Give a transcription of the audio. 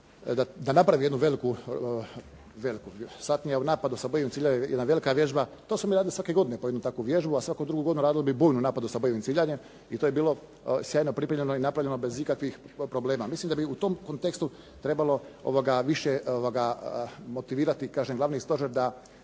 da napravi jednu veliku, satnija u napadu sa bojivim ciljevima je jedna velika vježba. To smo mi radili svake godine po jednu takvu vježbu, a svake druge godine bi radili bojnu u napadu sa bojivim ciljanjem. I to je bilo sjajno pripremljeno i napravljeno bez ikakvih problema. Ja mislim da bi u tom kontekstu trebalo više motivirati kažem Glavni stožer da